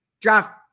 draft